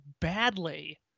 badly